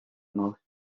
most